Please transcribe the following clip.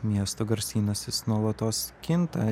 miesto garsynas jis nuolatos kinta